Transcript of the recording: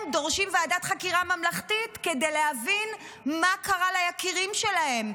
הם דורשים ועדת חקירה ממלכתית כדי להבין מה קרה ליקירים שלהם,